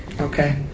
Okay